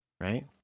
right